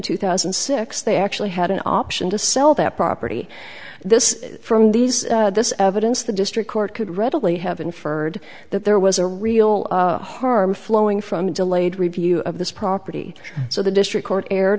two thousand and six they actually had an option to sell that property this from these this evidence the district court could readily have inferred that there was a real harm flowing from a delayed review of this property so the district court erred